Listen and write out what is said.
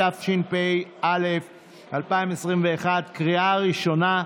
התשפ"א 2021, קריאה ראשונה.